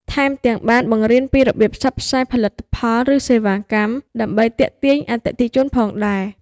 ថែមទាំង បានបង្រៀនពីរបៀបផ្សព្វផ្សាយផលិតផល ឬសេវាកម្ម ដើម្បីទាក់ទាញអតិថិជនទៀតផង។